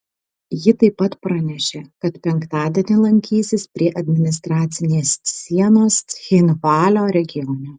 ji taip pat pranešė kad penktadienį lankysis prie administracinės sienos cchinvalio regione